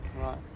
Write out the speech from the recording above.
right